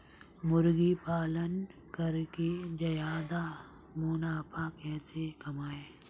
मुर्गी पालन करके ज्यादा मुनाफा कैसे कमाएँ?